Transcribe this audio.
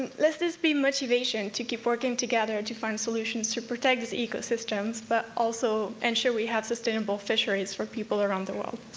and let's this be motivation to keep working together to find solutions to protect this ecosystems, but also, ensure we have sustainable fisheries for people around the world.